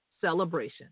Celebration